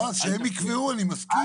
לא, אז שהם יקבעו, אני מסכים.